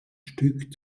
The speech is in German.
stück